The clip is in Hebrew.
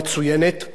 ולכן,